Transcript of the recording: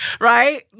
Right